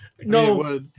no